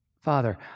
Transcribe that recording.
Father